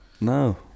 no